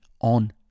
on